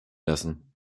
lassen